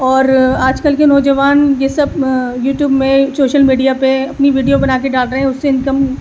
اور آج کل کے نوجوان یہ سب یوٹیوب میں سوشل میڈیا پہ اپنی ویڈیو بنا کے ڈال رہے ہیں اس سے انکم